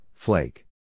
Flake